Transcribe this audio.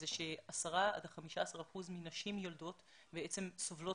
הוא ש-10 עד 15 אחוז מנשים יולדות סובלות